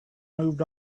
moved